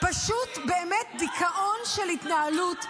פשוט באמת דיכאון של התנהלות,